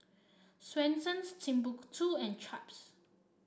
Swensens Timbuk two and Chaps